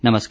नमस्कार